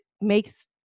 makes